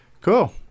cool